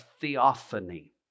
theophany